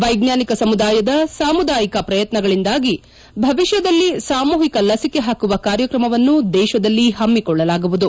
ವೈಜ್ಞಾನಿಕ ಸಮುದಾಯದ ಸಾಮುದಾಯಿಕ ಪ್ರಯತ್ನಗಳಿಂದಾಗಿ ಭವಿಷ್ಕದಲ್ಲಿ ಸಾಮೂಹಿಕ ಲಸಿಕೆ ಹಾಕುವ ಕಾರ್ಯಕ್ರಮವನ್ನು ದೇಶದಲ್ಲಿ ಹಮ್ಮಿಕೊಳ್ಳಲಾಗುವುದು